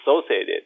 associated